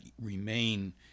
remain